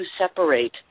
separate